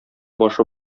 башы